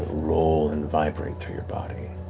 roll and vibrate through your body.